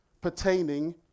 pertaining